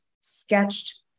sketched